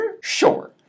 Sure